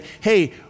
hey